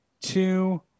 two